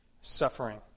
suffering